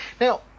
Now